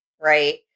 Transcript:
right